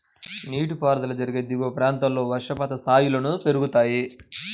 నీటిపారుదల జరిగే దిగువ ప్రాంతాల్లో వర్షపాతం స్థాయిలను పెరుగుతాయి